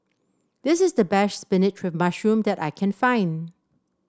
this is the best spinach with mushroom that I can find